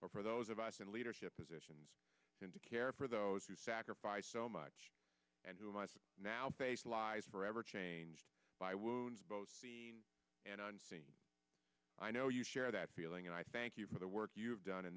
or for those of us in leadership positions in to care for those who sacrificed so much and who must now face lives forever changed by wounds both seen and unseen i know you share that feeling and i thank you for the work you've done in